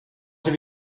have